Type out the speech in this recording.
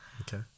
Okay